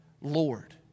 Lord